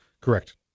Correct